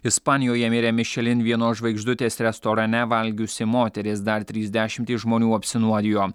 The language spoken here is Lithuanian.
ispanijoje mirė mišelin vienos žvaigždutės restorane valgiusi moteris dar trys dešimtys žmonių apsinuodijo